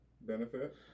benefit